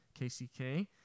KCK